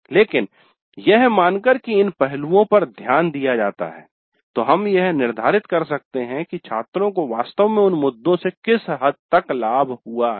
लेकिन यह मानकर कि इन पहलुओं पर ध्यान दिया जाता है तो हम यह निर्धारित कर सकते हैं कि छात्रों को वास्तव में उन मुद्दों से किस हद तक लाभ हुआ है